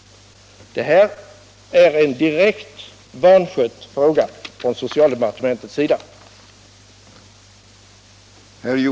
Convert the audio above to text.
Det här är en från socialdepartementets sida direkt vanskött fråga.